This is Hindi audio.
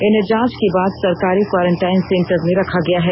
इन्हें जांच के बाद सरकारी क्वारंटाइन सेंटर में रखा गया है